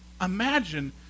Imagine